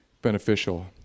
Beneficial